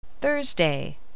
Thursday